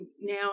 now